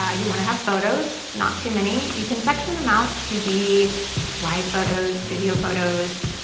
ah you want to have photos. not too many, you can section them out to be live photos, studio photos,